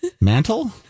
mantle